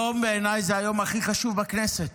היום בעיניי זה היום הכי חשוב בכנסת.